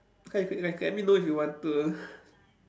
you ca~ like let me know if you want to